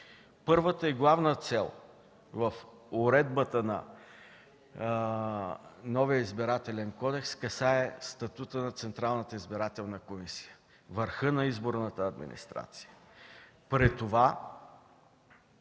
Първата и главна цел в уредбата на новия Избирателен кодекс касае статута на Централната избирателна комисия – върха на изборната администрация.